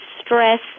stress